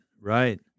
right